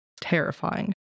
terrifying